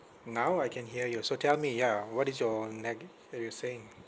now I can hear you so tell me ya what is your nag that you're saying